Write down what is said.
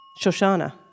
Shoshana